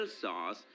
sauce